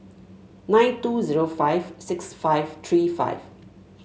nine two zero five six five three five